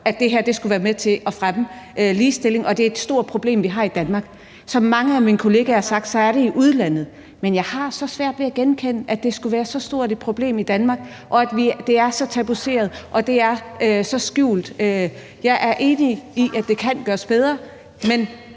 at det her skulle være med til at fremme ligestillingen, og at det er et stort problem, vi har i Danmark? Som mange af mine kollegaer har sagt, er det det i udlandet, men jeg har så svært ved at genkende, at det skulle være så stort et problem i Danmark, og at det er så tabuiseret, og at det er så skjult. Jeg er enig i, at det kan gøres bedre, men